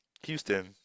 Houston